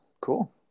Cool